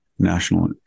national